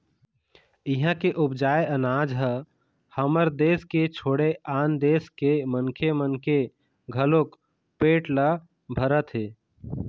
इहां के उपजाए अनाज ह हमर देस के छोड़े आन देस के मनखे मन के घलोक पेट ल भरत हे